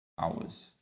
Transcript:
hours